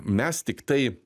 mes tiktai